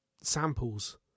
samples